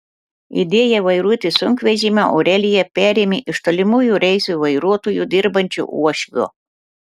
idėją vairuoti sunkvežimį aurelija perėmė iš tolimųjų reisų vairuotoju dirbančio uošvio